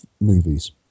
movies